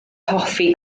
hoffi